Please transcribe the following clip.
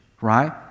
right